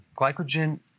Glycogen